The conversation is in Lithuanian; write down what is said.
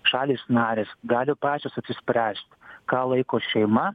šalys narės gali pačios apsispręst ką laiko šeima